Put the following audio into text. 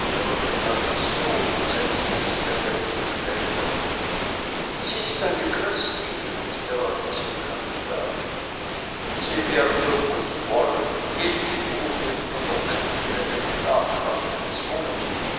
pistol und setzte es sich an die rechte schläfe sie ist eine christin rief der erhitzte kandidat sie wird und muß wollen jede figur wird von der männlichen elementarkraft bezwungen